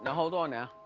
and hold on now.